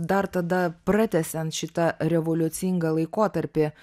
dar tada pratęsiant šitą revoliucingą laikotarpį